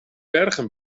bergen